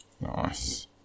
Nice